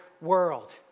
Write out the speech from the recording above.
world